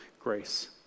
grace